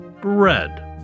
bread